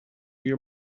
your